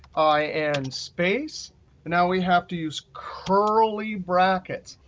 ah and space. and now we have to use curly brackets,